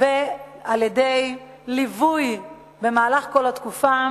ועל-ידי ליווי במהלך כל התקופה,